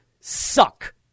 suck